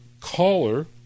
caller